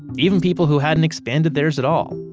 even people who hadn't expanded theirs at all.